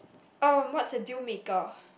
um what's a deal maker